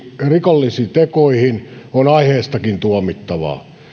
rikollisiin tekoihin on aiheestakin tuomittavaa